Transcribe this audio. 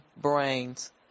brains